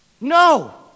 No